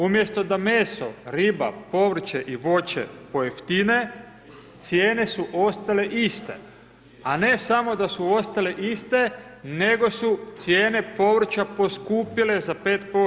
Umjesto da meso, riba, povrće i voće pojeftine, cijene su ostale iste, a ne samo da su ostale iste, nego su cijene povrća poskupile za 5%